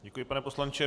Děkuji, pane poslanče.